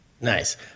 Nice